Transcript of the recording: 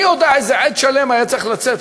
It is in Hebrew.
מי יודע איזה עץ שלם היה צריך לצאת,